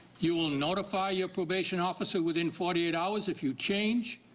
you'll notify your probation officer within forty eight hours if you change